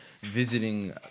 visiting